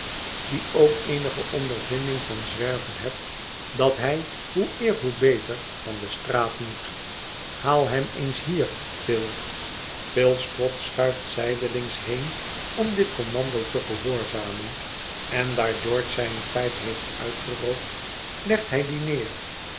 die ook eenige ondervinding van zwerven heb dat hij hoe eer hoe beter van de straat moet haal hem eens hier phil phil squod schuift zijdelings heen om dit kommando te gehoorzamen en daar george zijne pijp heeft uitgerookt legt hij die neer